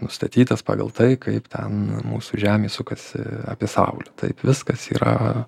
nustatytas pagal tai kaip ten mūsų žemė sukasi apie saulę taip viskas yra